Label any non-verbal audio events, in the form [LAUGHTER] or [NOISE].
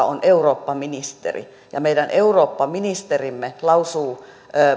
[UNINTELLIGIBLE] on eurooppaministeri ja tämä meidän eurooppaministerimme lausuu